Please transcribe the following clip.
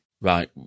Right